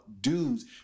dudes